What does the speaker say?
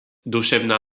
duševná